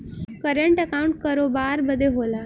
current account करोबार बदे होला